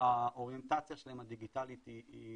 האוריינטציה הדיגיטלית שלהם היא